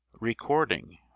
Recording